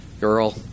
girl